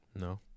no